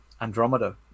Andromeda